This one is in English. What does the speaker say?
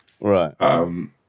Right